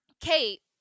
kate